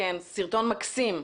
סרטון מקסים,